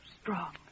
strong